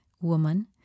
woman